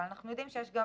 אנחנו יודעים שיש גם